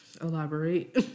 Elaborate